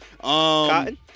Cotton